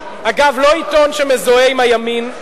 לא עיתון שמזוהה עם הימין,